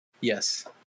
Yes